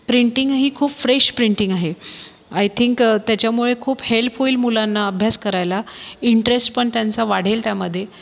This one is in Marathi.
प्रिंटींगही खूप फ्रेश प्रिंटिंग आहे आय थिंक त्याच्यामुळे खूप हेल्प होईल मुलांना अभ्यास करायला इंट्रेस्ट पण त्यांचा वाढेल त्यामध्ये